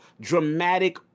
dramatic